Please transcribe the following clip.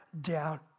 down